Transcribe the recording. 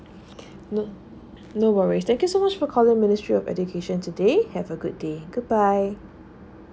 no no worries thank you so much for calling ministry of education today have a good day goodbye